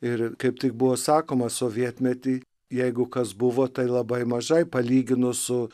ir kaip tik buvo sakoma sovietmety jeigu kas buvo tai labai mažai palyginus su